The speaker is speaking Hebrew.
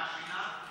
מהפינה?